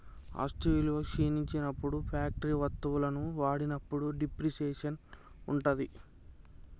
ఆస్తి విలువ క్షీణించినప్పుడు ఫ్యాక్టరీ వత్తువులను వాడినప్పుడు డిప్రిసియేషన్ ఉంటది